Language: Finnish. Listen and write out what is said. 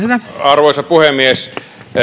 arvoisa puhemies